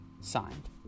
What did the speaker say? Signed